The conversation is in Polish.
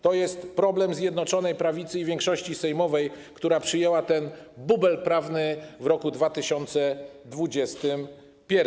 To jest problem Zjednoczonej Prawicy i większości sejmowej, która przyjęła ten bubel prawny w roku 2021.